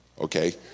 okay